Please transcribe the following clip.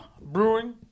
Brewing